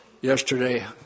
Yesterday